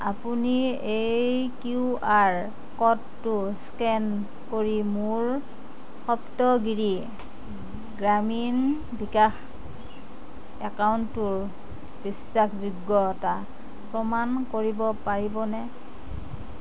আপুনি এই Q R ক'ডটো স্কেন কৰি মোৰ সপ্তগিৰি গ্ৰামীণ বিকাশ একাউণ্টটোৰ বিশ্বাসযোগ্যতা প্ৰমাণ কৰিব পাৰিবনে